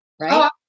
right